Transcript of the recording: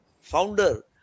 founder